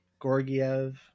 Gorgiev